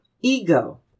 ego